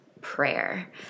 prayer